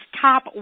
top